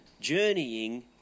journeying